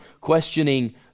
questioning